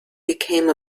became